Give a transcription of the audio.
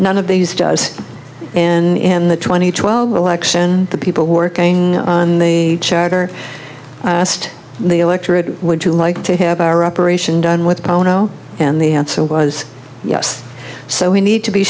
none of these and in the twenty twelve election the people working on the charter asked the electorate would you like to have our operation done with bono and the answer was yes so we need to be